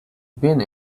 been